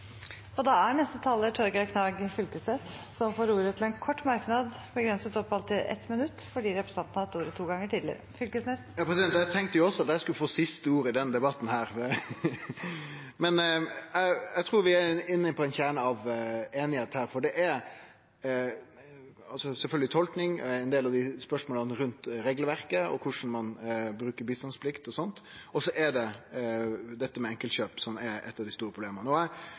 Torgeir Knag Fylkesnes har hatt ordet to ganger tidligere og får ordet til en kort merknad, begrenset til 1 minutt. Eg tenkte jo også at eg skulle få det siste ordet i denne debatten! Eg trur vi er inne på ein kjerne av einighet her, for det er sjølvsagt tolking av ein del av spørsmåla rundt regelverket, om korleis ein bruker bistandsplikt og sånt, og så er det dette med enkeltkjøp, som er eit av dei store problema.